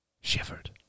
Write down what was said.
shivered